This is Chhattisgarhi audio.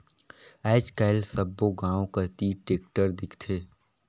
आएज काएल सब्बो गाँव कती टेक्टर दिखथे